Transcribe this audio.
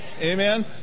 Amen